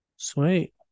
Sweet